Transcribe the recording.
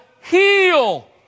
heal